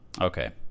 Okay